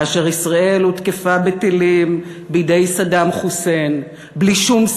כאשר ישראל הותקפה בטילים בידי סדאם חוסיין בלי שום סיבה,